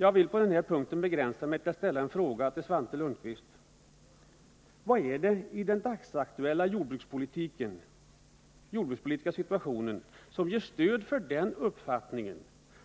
Jag vill på den här punkten begränsa mig till att ställa en fråga till Svante Lundkvist. Vad är det i den dagsaktuella jordbrukspolitiska situationen som ger stöd för den uppfattningen